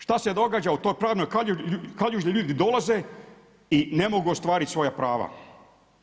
Šta se događa u toj pravnoj kaljuži, ljudi dolaze i ne mogu ostvariti svoja prava.